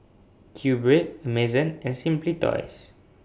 Q Bread Amazon and Simply Toys